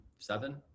seven